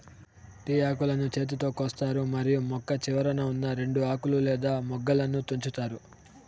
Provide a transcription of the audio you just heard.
tea ఆకులను చేతితో కోస్తారు మరియు మొక్క చివరన ఉన్నా రెండు ఆకులు లేదా మొగ్గలను తుంచుతారు